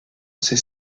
ses